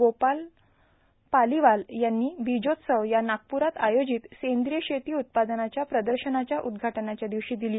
गोपाळ पालिवार यांनी बीजोत्सव या नागपुरात आयोजित सेंद्रिय शेती उत्पादनांच्या प्रदर्शनाच्या उद्घाटनाच्या दिवशी दिली